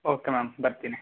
okay ma'am ಬರ್ತೀನಿ